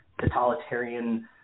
totalitarian